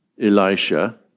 Elisha